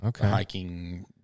hiking